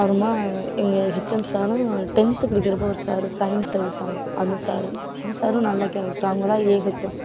அப்புறமா எங்கள் ஹெச்எம் சாரும் டென்த்து படிக்கிறப்போ ஒரு சாரு சையின்ஸ் எடுத்தாங்க அந்த சாரு அந்த சாரும் நல்ல கேரக்ட்ரு அவுங்கதான் ஏஹெச்எம்